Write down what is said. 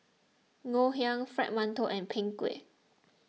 Ngoh Hiang Fried Mantou and Png Kueh